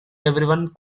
everyone